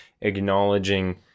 acknowledging